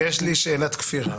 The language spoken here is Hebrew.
יש לי שאלת כפירה: